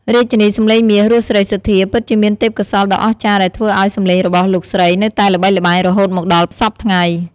រាជិនីសំឡេងមាស រស់ សេរីសុទ្ធា ពិតជាមានទេពកោសល្យដ៏អស្ចារ្យដែលធ្វើឱ្យសំឡេងរបស់លោកស្រីនៅតែល្បីល្បាញរហូតមកដល់សព្វថ្ងៃ។